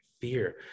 fear